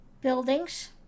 buildings